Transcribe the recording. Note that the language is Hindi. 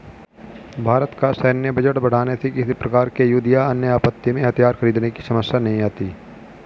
भारत का सैन्य बजट बढ़ाने से किसी प्रकार के युद्ध या अन्य आपत्ति में हथियार खरीदने की समस्या नहीं आती